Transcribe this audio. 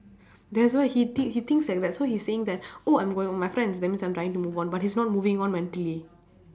that's why he think he thinks like that so he's saying that oh I'm going out with my friends that means I'm trying to move on but he's not moving on mentally